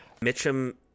Mitchum